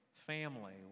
Family